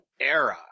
era